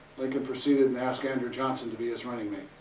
lincoln, proceeded in ask andrew johnson to be his running mate.